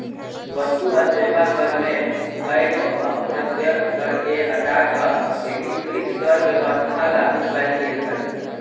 वस्तु आ सेवा कर में कयगो अप्रत्यक्ष कर के हटा कऽ एकीकृत कर व्यवस्था लागू कयल गेल हई